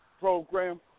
program